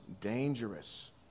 dangerous